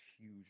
huge